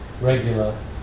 regular